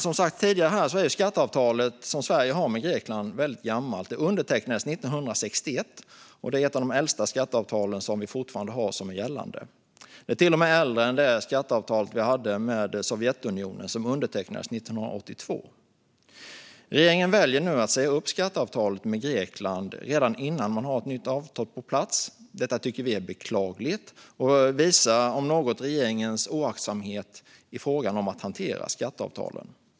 Som sagts tidigare är skatteavtalet som Sverige har med Grekland väldigt gammalt; det undertecknades 1961. Det är ett av de äldsta fortfarande gällande skatteavtal vi har. Det är till och med äldre än det skatteavtal vi hade med Sovjetunionen, som undertecknades 1982. Regeringen väljer nu att säga upp skatteavtalet med Grekland redan innan man har ett nytt avtal på plats. Detta tycker vi är beklagligt och visar om något på regeringens oaktsamhet i fråga om att hantera skatteavtalen.